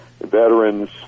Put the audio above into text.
veterans